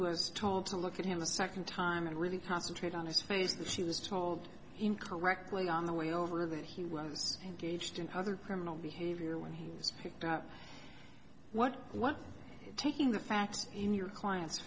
was told to look at him a second time and really concentrate on his face that she was told incorrectly on the way over that he was engaged in other criminal behavior when he was picked up what what's taking the facts in your client